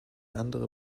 andere